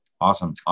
Awesome